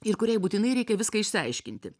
ir kuriai būtinai reikia viską išsiaiškinti